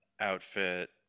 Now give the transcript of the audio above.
outfit